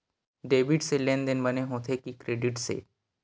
Debit से लेनदेन बने होथे कि क्रेडिट से?